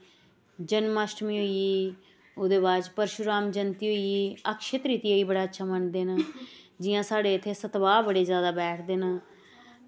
जन्माष्टमी होई ई ओह्दे बाद परशुराम जयंती होई गेई अक्षय तृतीया ई बड़ा अच्छा मनदे न जि'यां साढ़े इ'त्थें सतवाह् बड़े जादा बैठदे न